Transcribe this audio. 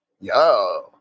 Yo